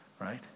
right